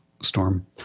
storm